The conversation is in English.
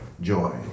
joy